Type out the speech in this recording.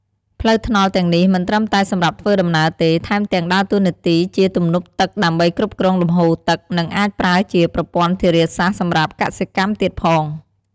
ផ្លូវថ្នល់ទាំងនេះមិនត្រឹមតែសម្រាប់ធ្វើដំណើរទេ ថែមទាំងដើរតួនាទីជា ទំនប់ទឹក ដើម្បីគ្រប់គ្រងលំហូរទឹក និងអាចប្រើជា ប្រព័ន្ធធារាសាស្រ្ត សម្រាប់កសិកម្មទៀតផង។